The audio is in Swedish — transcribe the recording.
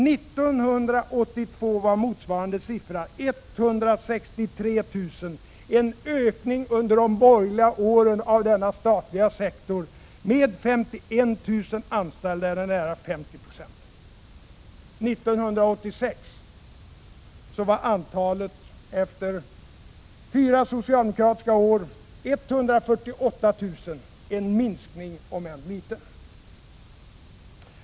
År 1982 var motsvarande siffra 163 000, en ökning under de borgerliga åren av denna statliga sektor med 51 000 anställda eller nära 50 26. År 1986 var antalet efter fyra socialdemokratiska år 148 000, en minskning om än liten.